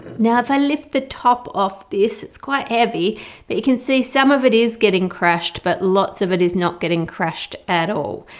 now if i lift the top off this it's quite heavy but you can see some of it is getting crushed but lots of it is not getting crushed at all.